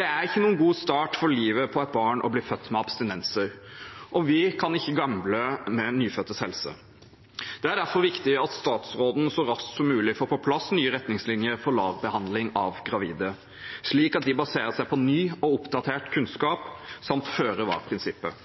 Det er ikke noen god start i livet for et barn å bli født med abstinenser, og vi kan ikke gamble med nyfødtes helse. Det er derfor viktig at statsråden så raskt som mulig får på plass nye retningslinjer for LAR-behandling av gravide, slik at de baserer seg på ny og oppdatert kunnskap samt føre-var-prinsippet.